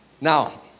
now